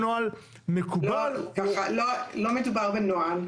לא מדובר בנוהל,